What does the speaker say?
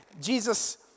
Jesus